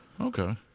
okay